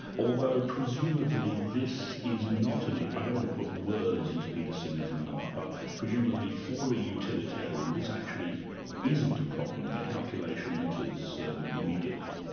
although presumably this is not, and i don't want to put words into peter singer's mouth, but presumably for a utilitarian this actually isn't a problem, the calculations enters immediately.